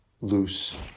loose